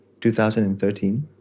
2013